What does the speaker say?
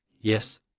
Yes